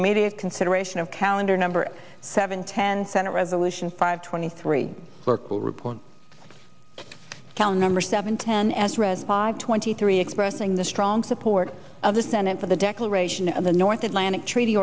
immediate consideration of calendar number seven ten senate resolution five twenty three kal number seven ten as read five twenty three expressing the strong support of the senate for the declaration of the north atlantic treaty